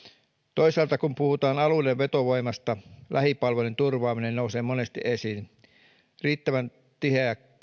toisaalta kun puhutaan alueiden vetovoimasta lähipalvelujen turvaaminen nousee monesti esiin riittävän tiheä